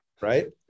right